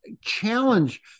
challenge